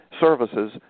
services